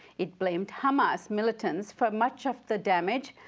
it blamed hamas militants for much of the damage.